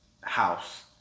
house